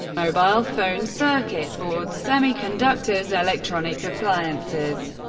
mobile phones, circuit boards, semiconductors, electronic appliances,